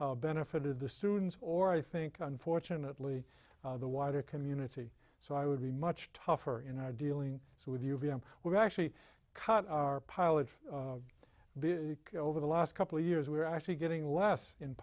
benefited the students or i think unfortunately the wider community so i would be much tougher in our dealing with you via we're actually cut our pilots be over the last couple of years we're actually getting less in